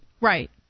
Right